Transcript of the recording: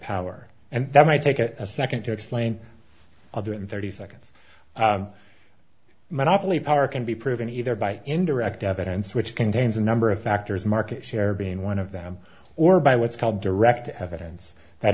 power and that might take a second to explain other than thirty seconds monopoly power can be proven either by indirect evidence which contains a number of factors market share being one of them or by what's called direct evidence that